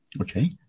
Okay